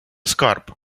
скарб